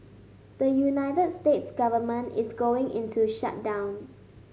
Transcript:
the United States government is going into shutdown